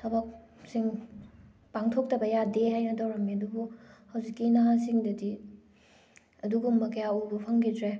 ꯊꯕꯛꯁꯤꯡ ꯄꯥꯡꯊꯣꯛꯇꯕ ꯌꯥꯗꯦ ꯍꯥꯏꯅ ꯇꯧꯔꯝꯃꯤ ꯑꯗꯨꯕꯨ ꯍꯧꯖꯤꯛꯀꯤ ꯅꯍꯥꯁꯤꯡꯗꯗꯤ ꯑꯗꯨꯒꯨꯝꯕ ꯀꯌꯥ ꯎꯕ ꯐꯪꯈꯤꯗ꯭ꯔꯦ